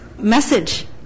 Message